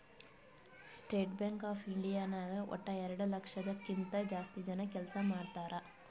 state bank of India ನಾಗ್ ವಟ್ಟ ಎರಡು ಲಕ್ಷದ್ ಕಿಂತಾ ಜಾಸ್ತಿ ಜನ ಕೆಲ್ಸಾ ಮಾಡ್ತಾರ್